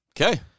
Okay